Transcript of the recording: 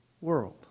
world